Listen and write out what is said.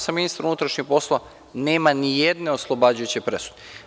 sam ministar unutrašnjih poslova, nema ni jedne oslobađajuće presude.